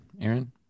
Aaron